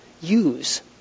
use